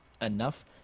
enough